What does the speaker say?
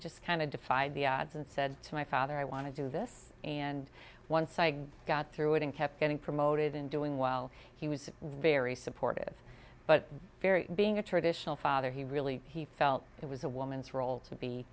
just kind of defied the odds and said to my father i want to do this and once i got through it and kept getting promoted and doing while he was very supportive but being a traditional father he really he felt it was a woman's role to be